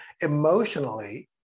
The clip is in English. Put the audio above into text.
Emotionally